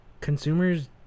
consumers